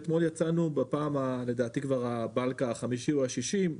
אתמול יצאנו עם ה-bulk החמישי או השישי,